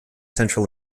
central